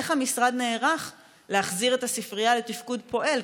איך המשרד נערך להחזיר את הספרייה לתפקוד פעיל?